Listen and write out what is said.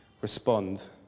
respond